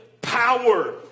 power